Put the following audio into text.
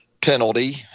penalty